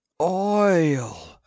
oil